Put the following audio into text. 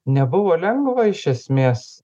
nebuvo lengva iš esmės